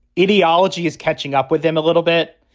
ideology is catching up with them a little bit.